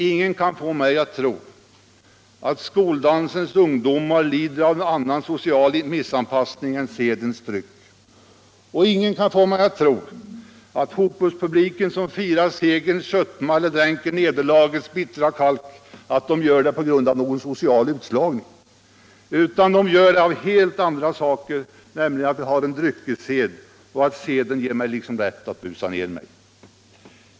Ingen kan få mig att tro att skoldansens ungdomar lider av en annan social missanpassning än sedens tryck. Och ingen kan få mig att tro att fotbollspubliken, som firar segern eller tömmer nederlagets bittra kalk, gör det på grund av social utslagning. Nej, man gör det av en helt annan orsak, nämligen den att vi har en dryckessed som liksom ger mig rätt att busa ner mig.